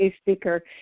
speaker